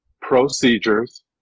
Procedures